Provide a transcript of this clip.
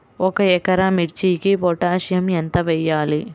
ఒక ఎకరా మిర్చీకి పొటాషియం ఎంత వెయ్యాలి?